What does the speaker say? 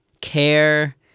care